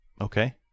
okay